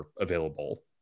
available